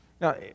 Now